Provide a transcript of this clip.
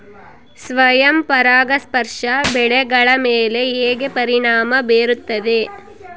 ಸ್ವಯಂ ಪರಾಗಸ್ಪರ್ಶ ಬೆಳೆಗಳ ಮೇಲೆ ಹೇಗೆ ಪರಿಣಾಮ ಬೇರುತ್ತದೆ?